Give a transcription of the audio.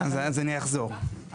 אז אני אחזור,